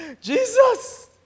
Jesus